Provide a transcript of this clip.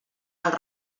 els